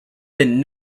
been